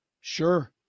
sure